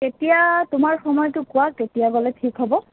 এতিয়া তোমাৰ সময়টো কোৱা কেতিয়া গ'লে ঠিক হ'ব